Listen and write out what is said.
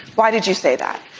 why did you say that?